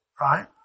right